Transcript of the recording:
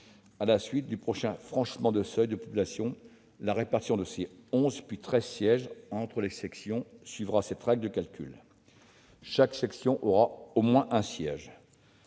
à la suite du prochain franchissement de seuil de population. La répartition de ces onze, puis treize sièges entre les sections suivra la règle de calcul établie. Chaque section aura au moins un siège.